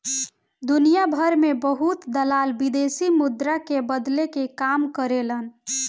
दुनियाभर में बहुत दलाल विदेशी मुद्रा के बदले के काम करेलन